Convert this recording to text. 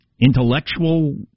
intellectual